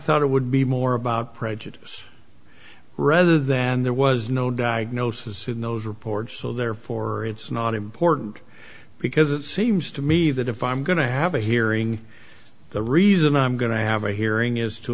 thought it would be more about prejudice rather than there was no diagnosis in those reports so therefore it's not important because it seems to me that if i'm going to have a hearing the reason i'm going to have a hearing is to